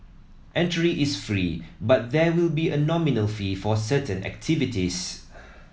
entry is free but there will be a nominal fee for certain activities